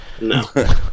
No